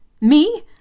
Me